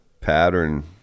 pattern